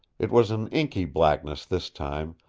it was an inky blackness this time,